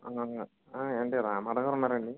ఏండి రామారావుగారు ఉన్నారా అండి